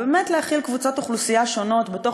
ובאמת להכיל קבוצות אוכלוסייה שונות בתוך